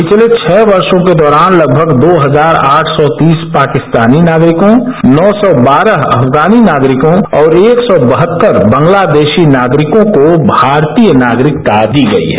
पिछले छह वर्षों के दौरान लगभग दो हजार आठ सौ तीस पाकिस्तानी नगरिकों नौ सौ बारह अफगानी नागरिकों और एक सौ बहत्तर बांग्लादेशी नागरिकों को भारतीय नागरिकता दी गयी है